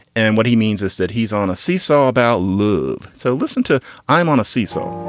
and what he means is that he's on a seesaw about lube so listen to i'm on a seesaw